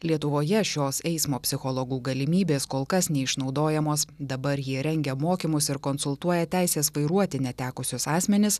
lietuvoje šios eismo psichologų galimybės kol kas neišnaudojamos dabar jie rengia mokymus ir konsultuoja teisės vairuoti netekusius asmenis